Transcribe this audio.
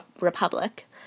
Republic